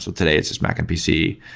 so today it's just mac and pc.